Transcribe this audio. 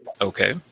Okay